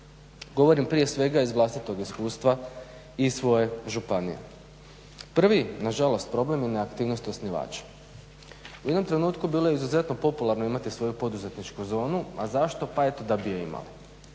Govorim prije svega iz vlastitog iskustva iz svoje županije. Prvi nažalost problem je neaktivnost osnivača. U jednom trenutku bilo je izuzetno popularno imati svoju poduzetničku zonu. A zašto? Pa eto da bi je imali.